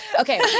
Okay